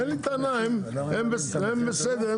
אין לי טענה, הם בסדר.